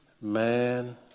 Man